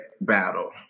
battle